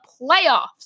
playoffs